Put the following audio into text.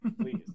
Please